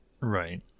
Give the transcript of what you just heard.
Right